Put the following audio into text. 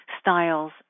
styles